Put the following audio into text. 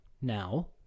Now